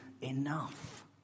enough